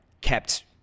kept